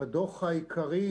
בדוח העיקרי,